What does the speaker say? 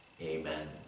Amen